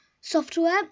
software